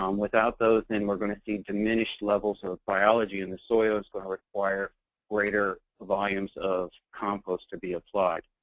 um without those, then we're going to see diminished levels of biology in the soil. it's going to require greater volumes of compost to be applied.